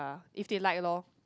if they like loh